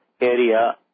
area